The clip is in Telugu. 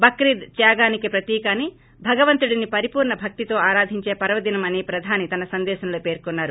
బక్రీద్ త్వాగానికి ప్రతీక అని భగవంతుడిని పరిపూర్ల భక్తితో ఆరాధించే పర్యదినం అని ప్రధాని తన సందేశంలో పేర్కొన్నారు